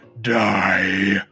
DIE